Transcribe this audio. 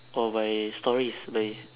or by stories by